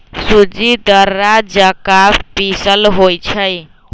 सूज़्ज़ी दर्रा जका पिसल होइ छइ